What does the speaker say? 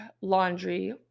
laundry